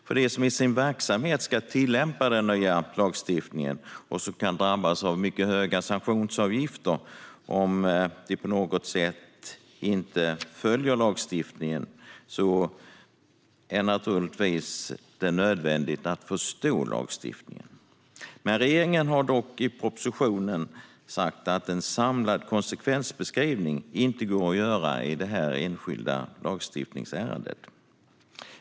För dem som i sin verksamhet ska tillämpa den nya lagstiftningen och som kan drabbas av mycket höga sanktionsavgifter om lagstiftningen inte följs är det givetvis nödvändigt att förstå lagstiftningen. Regeringen anger dock i propositionen att en samlad konsekvensbeskrivning inte går att göra i detta enskilda lagstiftningsärende.